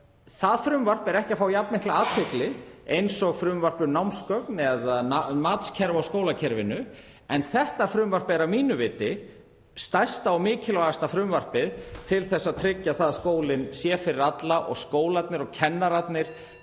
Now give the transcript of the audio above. Það frumvarp fær ekki jafnmikla athygli og frumvarp um námsgögn eða matskerfi í skólakerfinu en það er að mínu viti stærsta og mikilvægasta frumvarpið til að tryggja að skólinn sé fyrir alla og skólarnir og kennararnir